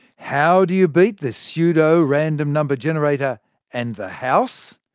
how do you beat the pseudo-random number generator and the house?